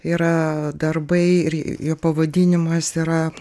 yra darbai ir jo pavadinimas yra